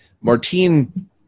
Martine